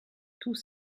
tous